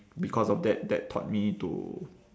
because of that that taught me to